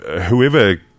Whoever